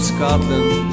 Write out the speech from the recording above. Scotland